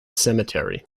cemetery